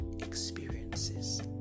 experiences